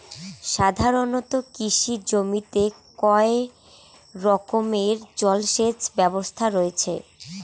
সাধারণত কৃষি জমিতে কয় রকমের জল সেচ ব্যবস্থা রয়েছে?